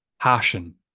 passion